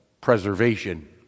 preservation